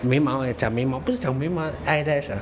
眉毛诶假眉毛不是假眉毛 eyelash ah